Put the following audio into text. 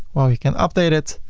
well, you can update it